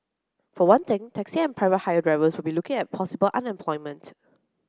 for one thing taxi and private hire drivers will be looking at possible unemployment